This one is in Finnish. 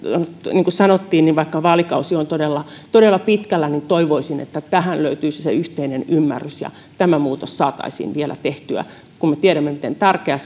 niin kuin sanottiin vaalikausi on todella todella pitkällä toivoisin että tähän löytyisi yhteinen ymmärrys ja tämä muutos saataisiin vielä tehtyä kun me tiedämme miten tärkeä